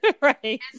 right